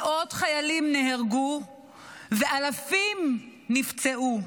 מאות חיילים נהרגו ואלפים נפצעו.